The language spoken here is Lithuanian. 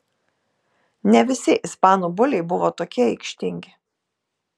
ne visi ispanų buliai buvo tokie aikštingi